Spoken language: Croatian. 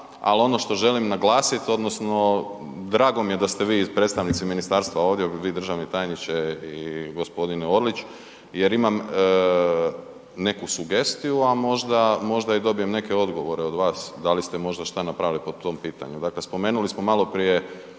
ali ono što želim naglasiti odnosno drago mi je da ste vi predstavnici ministarstva ovdje, vi državni tajniče i g. Orlić jer imam neku sugestiju a možda i dobijem neke odgovore od vas da li ste možda šta napravili po tom pitanju. Dakle, spomenuli smo maloprije